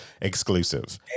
exclusive